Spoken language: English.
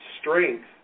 strength